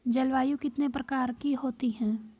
जलवायु कितने प्रकार की होती हैं?